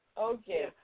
Okay